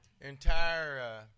entire